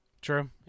True